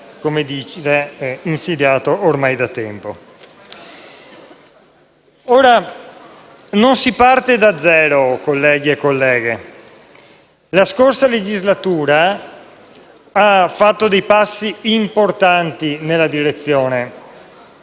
esso si è insediato ormai da tempo. Ora, non si parte da zero, colleghi e colleghe. La scorsa legislatura ha fatto dei passi importanti nella direzione